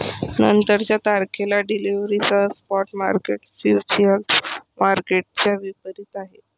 नंतरच्या तारखेला डिलिव्हरीसह स्पॉट मार्केट फ्युचर्स मार्केटच्या विपरीत आहे